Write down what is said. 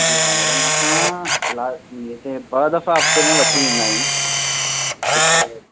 जी हा मैडम असां लाइ हिते ॿ दफ़ा हफ़्ते में वठी वेंदा आहियूं हिकु